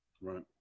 Right